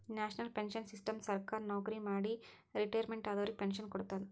national pension system ಸರ್ಕಾರಿ ನವಕ್ರಿ ಮಾಡಿ ರಿಟೈರ್ಮೆಂಟ್ ಆದವರಿಗ್ ಪೆನ್ಶನ್ ಕೊಡ್ತದ್